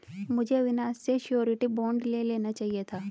मुझे अविनाश से surety bond ले लेना चाहिए था